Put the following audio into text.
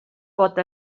pot